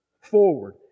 forward